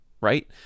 Right